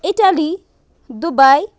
Italy Dubai